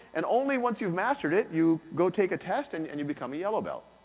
and only once you've mastered it, you go take a test and and you become a yellow belt.